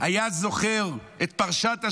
היה זוכר את פרשת השבוע: